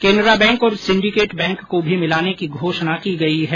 Canara bank और syndicate bank को भी मिलाने की घोषणा की गईें है